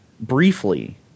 briefly